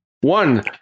one